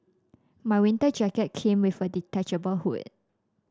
my winter jacket came with a detachable hood